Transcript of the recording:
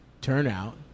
turnout